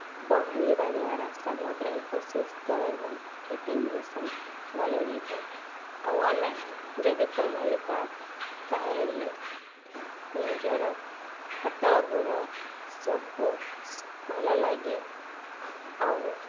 ପହଁରିବା ଦ୍ୱାରା ସାମଗ୍ରିକ ସୁସ୍ଥ ଏବଂ ଫିଟ୍ନେସ୍ ଭଲ ରହିଥାଏ ଆଉ ଆମେ ଯଦି ପହଁରିବା ତା'ହେଲେ ନିଜର ହାତ ଗୋଡ଼ ସବୁ ଭଲ ଲାଗେ ଆଉ